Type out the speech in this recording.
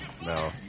No